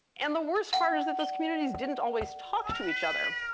and the worst part is that those communities didn't always talk to each other.